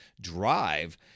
drive